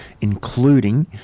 including